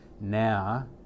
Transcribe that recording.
now